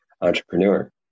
entrepreneur